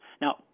Now